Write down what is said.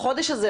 את החודש הזה,